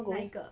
哪一个